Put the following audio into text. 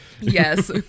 Yes